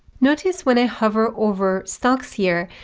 notice when i hover over stocks here,